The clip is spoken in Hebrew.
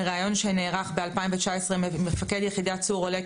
מריאיון שנערך ב-2019 עם מפקד יחידת צור עולה,